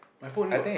my phone got